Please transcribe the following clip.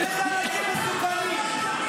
תראה איזה אנשים מסוכנים.